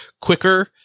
quicker